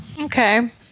Okay